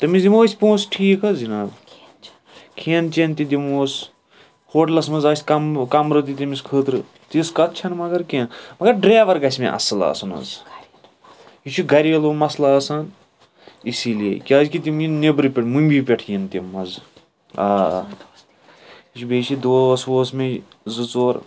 تٔمِس دِمُو أسۍ پونٛسہٕ ٹھیٖک حظ جِناب کھیٚن چؠن تہِ دِمہوس ہوٹلَس منٛز آسہِ کم کَمرٕ تہِ تٔمس خٲطرٕ تِژھ کَتھ چھَنہٕ کیٚنٛہہ مگر ڈریوَر گَژھہِ مےٚ اَصٕل آسُن حظ یہِ چھِ گَرِیلُو مسلہٕ آسان اسلیے کِیٛازِ کہِ تِم یِنۍ نؠبرٕ پؠٹھ نؠبرٕ پٮ۪ٹھ یِن تِم حظ آ آ بیٚیہِ چھِ دوس ووس مےٚ زٕ ژور